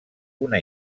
una